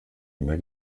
immer